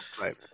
Right